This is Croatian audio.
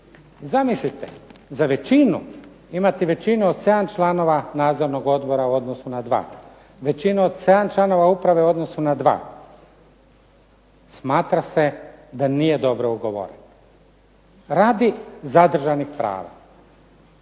Zamislite, za većinu imati većinu od 7 članova Nadzornog odbora u odnosu na 2, većinu od 7 članova uprave u odnosu na 2, smatra se da nije dobro ugovoreno radi zadržanih prava.